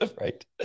Right